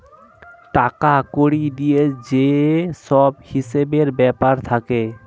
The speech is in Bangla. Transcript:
টাকা কড়ি দিয়ে যে সব হিসেবের ব্যাপার থাকে